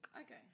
Okay